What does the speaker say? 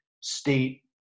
state